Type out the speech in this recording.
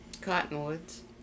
Cottonwoods